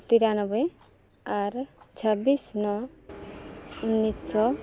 ᱛᱤᱨᱟᱱᱚᱵᱵᱳᱭ ᱟᱨ ᱪᱷᱟᱵᱽᱵᱤᱥ ᱱᱚ ᱩᱱᱤᱥᱥᱚ